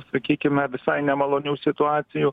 sakykime visai nemalonių situacijų